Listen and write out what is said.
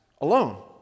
alone